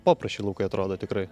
poprasčiai laukai atrodo tikrai